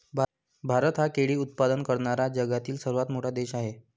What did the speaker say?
भारत हा केळी उत्पादन करणारा जगातील सर्वात मोठा देश आहे